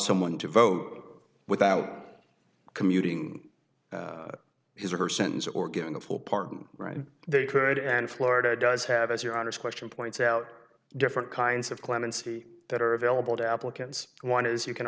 someone to vote without commuting his or her sentence or getting a full pardon right they could and florida does have as your honor's question points out different kinds of clemency that are available to applicants one is you can